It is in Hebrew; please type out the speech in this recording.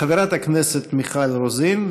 חברת הכנסת מיכל רוזין,